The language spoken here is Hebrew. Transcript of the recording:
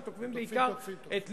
הם תוקפים בעיקר את ליברמן,